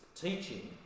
teaching